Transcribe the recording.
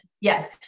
Yes